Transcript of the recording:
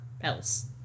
else